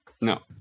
No